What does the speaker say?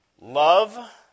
Love